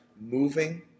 moving –